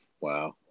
Wow